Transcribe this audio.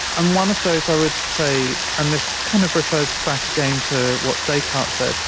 and one of those i would say, and this kind of refers back again to what descartes said,